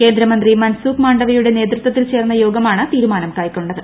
കേന്ദ്രമന്ത്രി മൻസുഖ് മാണ്ഡവൃയുടെ നേതൃത്വത്തിൽ ചേർന്ന യോഗമാണ് തീരുമാനം കൈക്കൊണ്ടത്